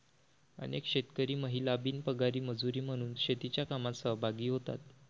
अनेक शेतकरी महिला बिनपगारी मजुरी म्हणून शेतीच्या कामात सहभागी होतात